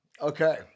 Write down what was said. okay